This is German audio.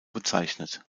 bezeichnet